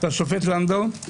השופט לנדוי